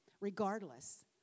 regardless